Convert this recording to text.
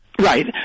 Right